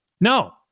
No